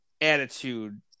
attitude